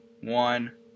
one